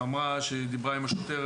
אמרה שהיא דיברה עם השוטר.